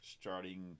starting